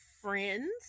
friends